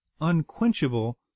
unquenchable